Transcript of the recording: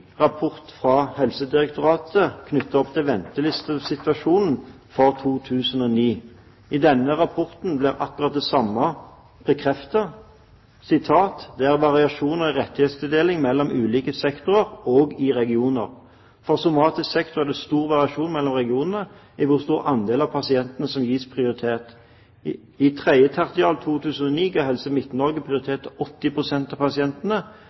rapport fra Helsedirektoratet knyttet til ventelistesituasjonen for 2009. I denne rapporten ble akkurat det samme bekreftet: «Det er variasjoner i rettighetstildeling mellom ulike sektorer og regioner. For somatisk sektor er det store variasjoner mellom regionene i hvor stor andel av pasientene som gis prioritet. I 3. tertial 2009 gav Helse Midt-Norge prioritet til 80 prosent av pasientene,